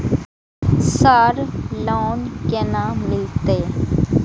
Sir loan केना मिलते?